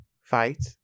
fight